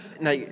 Now